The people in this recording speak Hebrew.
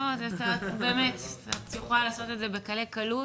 לא, באמת, את יכולה לעשות את זה בקלי קלות.